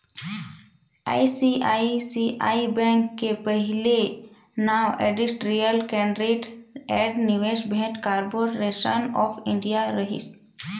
ICICI bank के पहिले नांव इंडस्टिरियल क्रेडिट ऐंड निवेस भेंट कारबो रेसन आँफ इंडिया रहिस